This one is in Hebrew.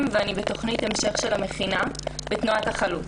ואני בתוכנית המשך של המכינה בתנועת החלוץ.